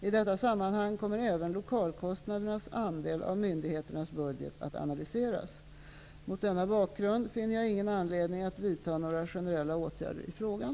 I detta sammanhang kommer även lokalkostnadernas andel av myndigheternas budget att analyseras. Mot denna bakgrund finner jag ingen anledning att vidta några generella åtgärder i frågan.